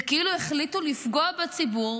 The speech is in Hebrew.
זה כאילו החליטו לפגוע בציבור